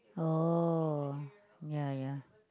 oh yeah yeah